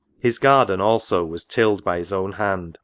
his garden also was tilled by his own hand